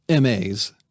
MAs